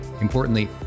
importantly